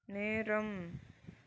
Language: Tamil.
நேரம்